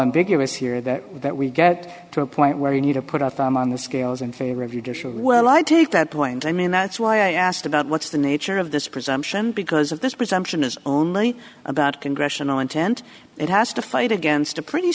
ambiguous here that that we get to a point where you need to put out on the scales in favor of you to show well i take that point i mean that's why i asked about what's the nature of this presumption because of this presumption is only about congressional intent it has to fight against a pretty